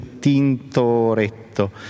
Tintoretto